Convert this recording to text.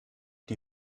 die